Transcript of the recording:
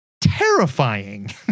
terrifying